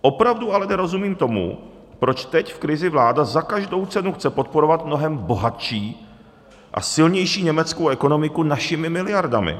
Opravdu ale nerozumím tomu, proč teď v krizi vláda za každou cenu chce podporovat mnohem bohatší a silnější německou ekonomiku našimi miliardami.